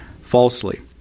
falsely